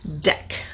deck